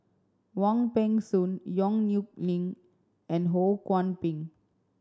Wong Peng Soon Yong Nyuk Lin and Ho Kwon Ping